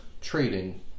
Trading